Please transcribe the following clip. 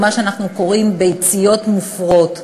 או מה שאנחנו קוראים "ביציות מופרות",